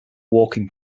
walking